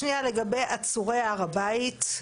השאלה השנייה לגבי עצורי הר הבית,